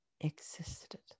existed